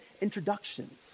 introductions